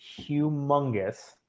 humongous